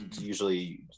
usually